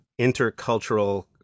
intercultural